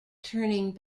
turning